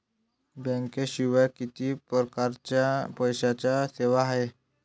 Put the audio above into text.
बँकेशिवाय किती परकारच्या पैशांच्या सेवा हाय?